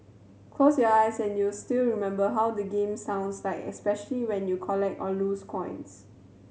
close your eyes and you still remember how the game sounds like especially when you collect or lose coins